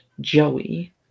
joey